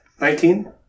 Nineteen